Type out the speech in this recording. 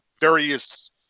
Various